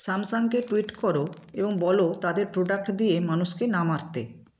স্যামসাংকে tweet করো এবং বলো তাদের পোডাক্ট দিয়ে মানুষকে না মারতে